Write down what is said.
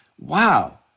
wow